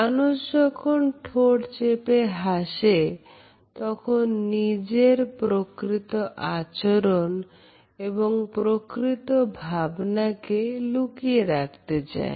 মানুষ যখন ঠোঁট চেপে হাসে তখন নিজের প্রকৃত আচরণ এবং প্রকৃত ভাবনাকে লুকিয়ে রাখতে চায়